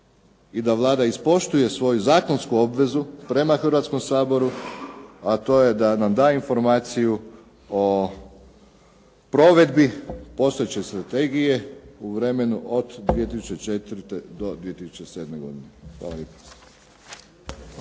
i da Vlada ispoštuje svoju zakonsku obvezu prema Hrvatskom saboru, a to je da nam da informaciju o provedbi postojeće strategije u vremenu od 2004. do 2007. godine. Hvala lijepa.